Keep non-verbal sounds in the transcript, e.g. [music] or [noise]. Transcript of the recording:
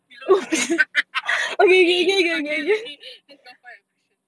below 到 red [laughs] it's okay it's okay let's go and find your question